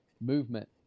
movement